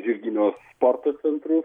žirginio sporto centrus